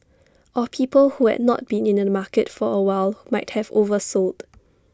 or people who had not been in the market for A while might have oversold